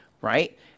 right